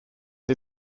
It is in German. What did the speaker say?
die